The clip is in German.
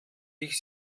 ich